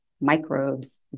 microbes